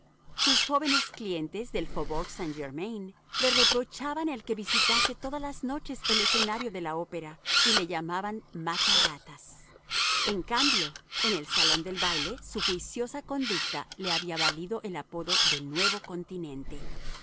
sus jóvenes clientes del faubourg saint-germain le reprochaban el que visitase todas las noches el escenario de la opera y le llamaban mata ratas en cambio en el salón de baile su juiciosa conducta le había valido el apodo de nuevo continente